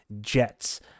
Jets